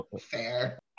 Fair